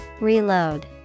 Reload